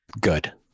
good